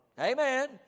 Amen